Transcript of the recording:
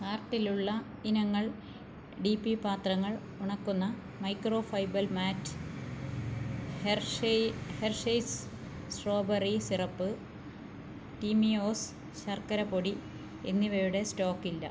കാർട്ടിലുള്ള ഇനങ്ങൾ D P പാത്രങ്ങൾ ഉണക്കുന്ന micro fibre mat Hershey's strawberry syrup Timios ശർക്കര പൊടി എന്നിവയുടെ സ്റ്റോക്കില്ല